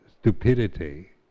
stupidity